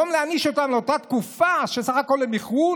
במקום להעניש אותם על אותה תקופה שבסך הכול איחרו,